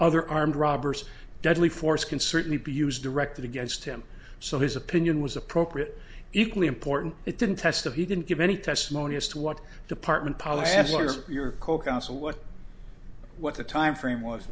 other armed robbers deadly force can certainly be used to record against him so his opinion was appropriate equally important it didn't test if he didn't give any testimony as to what department policy answers your co counsel what what the timeframe was